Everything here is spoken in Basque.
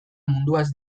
munduaz